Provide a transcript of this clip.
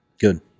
Good